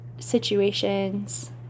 situations